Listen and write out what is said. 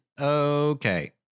okay